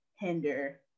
hinder